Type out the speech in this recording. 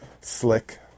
Slick